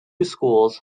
schools